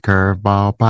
Curveball